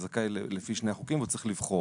זכאי לפי שני החוקים והוא צריך לבחור.